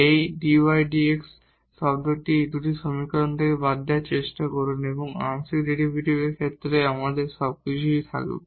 এই dydx শব্দটি এই দুটি সমীকরণ থেকে বাদ দেওয়ার চেষ্টা করুন এবং আংশিক ডেরিভেটিভের ক্ষেত্রে আমাদের সবকিছুই থাকবে